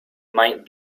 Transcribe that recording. might